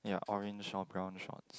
ya orange short brown shorts